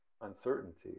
uncertainty